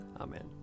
Amen